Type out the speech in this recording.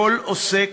כל עוסק,